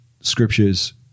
scriptures